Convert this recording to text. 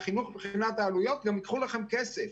גם ייקחו מכם כסף.